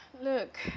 look